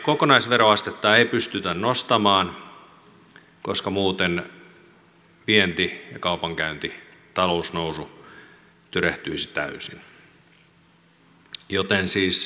kokonaisveroastetta ei pystytä nostamaan koska muuten vienti ja kaupankäynti talousnousu tyrehtyisi täysin joten siis leikkauksia on tehtävä